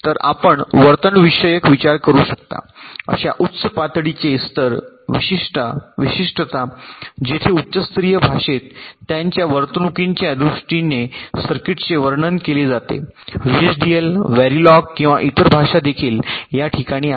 तर आपण वर्तनविषयक विचार करू शकता अशा उच्च पातळीचे स्तर विशिष्टता जेथे उच्चस्तरीय भाषेत त्याच्या वर्तणुकीच्या दृष्टीने सर्किटचे वर्णन केले जाते व्हीएचडीएल व्हॅरिलॉग किंवा इतर भाषा देखील या ठिकाणी आहेत